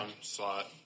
slot